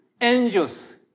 angels